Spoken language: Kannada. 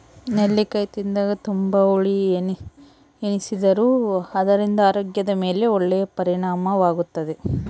ನೆಲ್ಲಿಕಾಯಿ ತಿಂದಾಗ ತುಂಬಾ ಹುಳಿ ಎನಿಸಿದರೂ ಅದರಿಂದ ಆರೋಗ್ಯದ ಮೇಲೆ ಒಳ್ಳೆಯ ಪರಿಣಾಮವಾಗುತ್ತದೆ